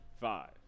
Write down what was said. Five